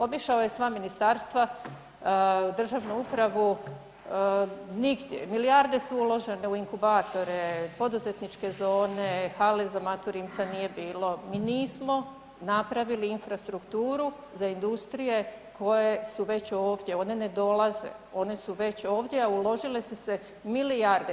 Obišao je sva ministarstva, državnu upravu, nigdje, milijarde su uložene u inkubatore, poduzetničke zone, hale za Matu Rimca nije bilo, mi nismo napravili infrastrukturu za industrije koje su već ovdje, one ne dolaze, one su već ovdje, a uložile su se milijarde.